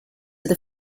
with